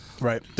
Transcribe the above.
right